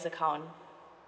account